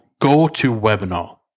GoToWebinar